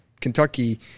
Kentucky